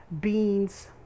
Beans